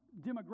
demographic